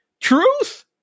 truth